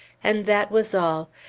and that was all,